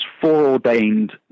foreordained